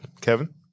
Kevin